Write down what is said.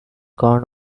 corn